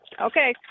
Okay